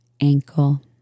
Ankle